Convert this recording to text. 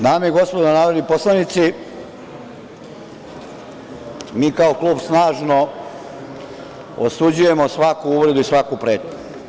Dame i gospodo narodni poslanici, mi kao klub snažno osuđujemo svaku uvredu i svaku pretnju.